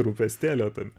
rūpestėlio tame